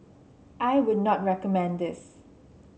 I would not recommend this